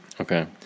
okay